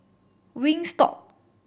wingstop